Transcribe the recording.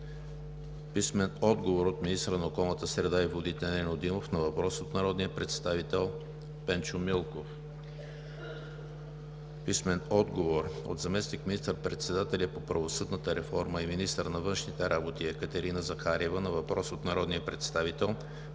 Пенчо Милков; - министъра на околната среда и водите Нено Димов на въпрос от народния представител Пенчо Милков; - заместник министър-председателя по правосъдната реформа и министър на външните работи Екатерина Захариева на въпрос от народния представител Полина